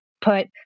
put